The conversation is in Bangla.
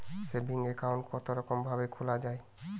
সেভিং একাউন্ট কতরকম ভাবে খোলা য়ায়?